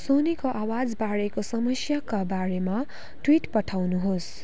सोनीको आवाजबारेको समस्याका बारेमा ट्विट पठाउनुहोस्